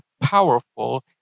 powerful